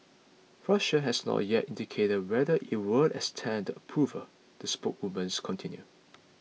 Russia has not yet indicated whether it will extend the approvals the spokeswoman continued